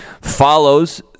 follows